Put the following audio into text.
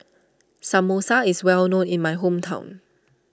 Samosa is well known in my hometown